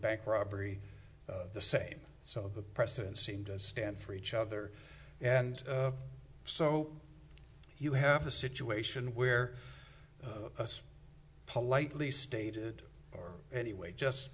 bank robbery the same so the precedent seemed to stand for each other and so you have a situation where a politely stated or anyway just